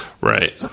Right